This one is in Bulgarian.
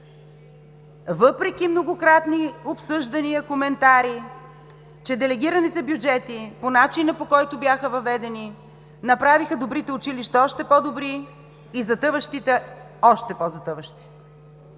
въпреки многократни обсъждания, коментари, че делегираните бюджети по начина, по който бяха въведени, направиха добрите училища още по-добри и затъващите още по-затъващи.